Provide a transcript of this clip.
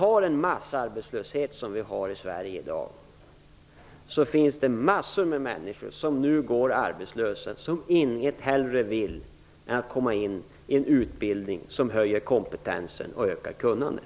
När det är massarbetslöshet, som det är i Sverige i dag, finns det massor med människor som går arbetslösa och som inget hellre vill än att komma in i en utbildning som höjer kompetensen och ökar kunnandet.